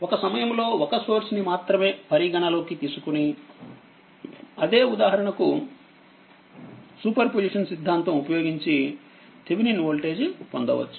ఒక సమయంలో ఒక సోర్స్ ని మాత్రమే పరిగణలోకి తీసుకొని అదే ఉదాహరణకు సూపర్ పొజిషన్ సిద్ధాంతం ఉపయోగించి థీవెనిన్వోల్టేజ్ పొందవచ్చు